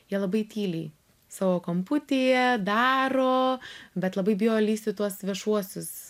jie labai tyliai savo kamputyje daro bet labai bijo lįst į tuos viešuosius